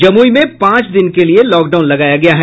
जमुई में पांच दिन के लिये लॉकडाउन लगाया गया है